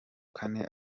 kane